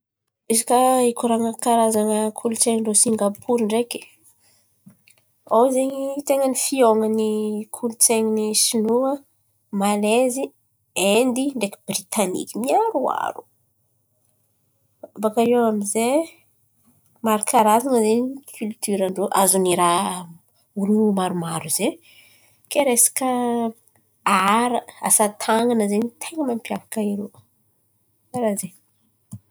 Izy koa, hikoran̈a karazan̈a kolontsain̈y ndrô Singapory ndreky ô zen̈y ten̈a ny fihaonan'ny kolontsain̈y ny Sinoa, Malezy, Aindy ndreky Biritaniky miaroharo. Baka iô amizay, maro karan̈a zen̈y kilitiora ndrô, azony raha olo maro maro zen̈y kay resaka ara asa tan̈ana zen̈y ten̈a mampiavaka irô karà zen̈y.